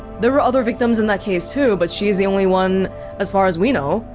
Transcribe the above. there were other victims in that case too, but she is the only one as far as we know,